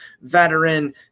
veteran